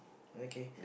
okay